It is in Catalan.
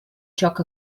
joc